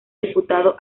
diputado